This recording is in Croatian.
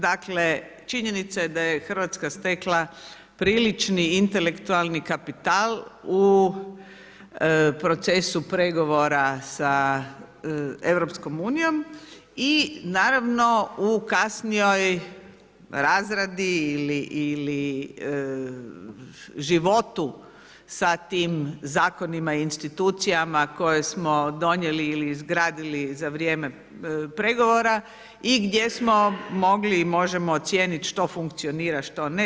Dakle, činjenica je da je Hrvatska stekla prilični intelektualni kapital u procesu pregovora sa Europskom unijom i naravno u kasnijom razradi ili životu sa tim zakonima, institucijama koje smo donijeli ili izgradili za vrijeme pregovora i gdje smo mogli i možemo ocijeniti što funkcionira, što ne.